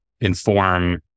inform